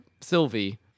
Sylvie